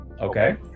Okay